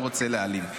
אני לא רוצה להעליב.